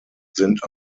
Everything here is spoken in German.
sind